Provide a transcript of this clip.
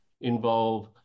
involve